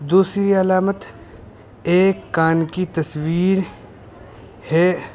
دوسری علامت ایک کان کی تصویر ہے